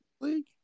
league